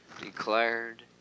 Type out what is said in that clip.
declared